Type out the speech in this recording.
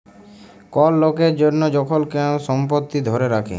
call লকের জনহ যখল কেহু সম্পত্তি ধ্যরে রাখে